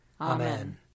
Amen